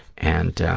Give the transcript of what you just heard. and yeah,